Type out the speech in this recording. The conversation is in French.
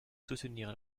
soutenir